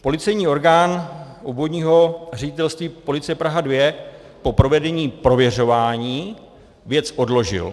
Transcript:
Policejní orgán Obvodního ředitelství policie Praha II po provedení prověřování věc odložil.